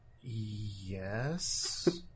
yes